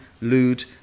lewd